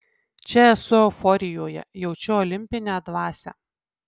čia esu euforijoje jaučiu olimpinę dvasią